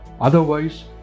Otherwise